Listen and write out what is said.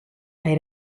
kaj